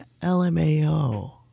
LMAO